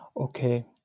Okay